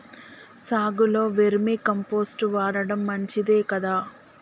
సాగులో vermi compost వాడటం మంచిదే కదా?